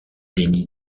déni